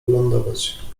wylądować